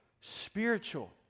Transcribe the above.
spiritual